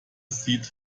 sieht